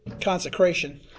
consecration